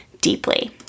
deeply